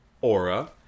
aura